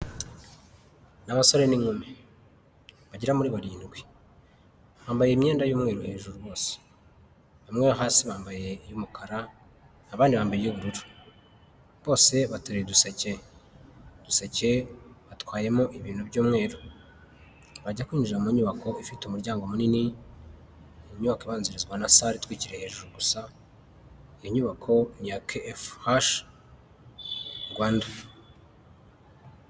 Ni abasore n'inkumi bagera muri barindwi bambaye imyenda y'umweru hejuru bose bamwe hasi bambaye y'umukara abandi bambaye ubururu bose bateruye uduseke, uduseke batwayemo ibintu by'umweru bajya kwinjira mu nyubako ifite umuryango munini mu nyubako abanzirizwa na salle itwikiriye hejuru gusa inyubako ya KFH RWANDA.